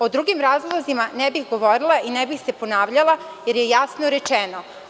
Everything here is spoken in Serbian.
O drugim razlozima ne bih govorila i ne bih se ponavljala, jer je jasno rečeno.